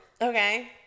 Okay